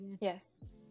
Yes